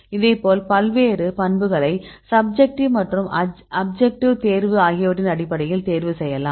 இதேபோல் பல்வேறு பண்புகளை சப்ஜெக்ட்டிவ் மற்றும் அப்ஜெக்ட்டிவ் தேர்வு ஆகியவற்றின் அடிப்படையில் தேர்வு செய்யலாம்